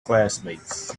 classmates